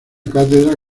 cátedra